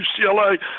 UCLA